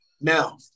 Now